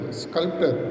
sculptor